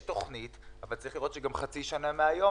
יש תכנית, אבל צריך לראות שגם חצי שנה מהיום